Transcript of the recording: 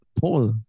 paul